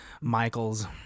Michael's